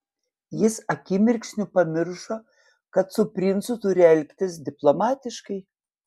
jis akimirksniu pamiršo kad su princu turi elgtis diplomatiškai